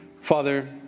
Father